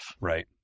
Right